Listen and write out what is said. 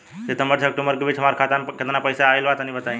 सितंबर से अक्टूबर के बीच हमार खाता मे केतना पईसा आइल बा तनि बताईं?